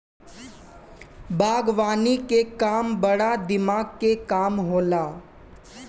बागवानी के काम बड़ा दिमाग के काम होला